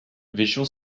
visual